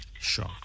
Sure